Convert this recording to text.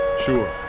Sure